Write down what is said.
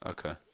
Okay